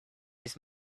his